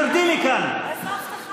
תרדי מכאן.